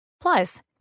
Plus